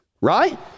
right